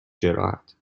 جراحت